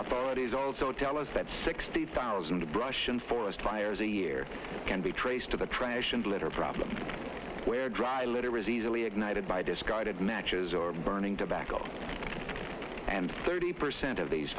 year it is also tell us that sixty thousand brush and forest fires a year can be traced to the trash and litter problem where dry litter is easily ignited by discarded matches or burning tobacco and thirty percent of these